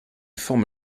forme